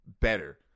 better